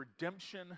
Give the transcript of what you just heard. redemption